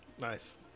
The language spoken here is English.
Nice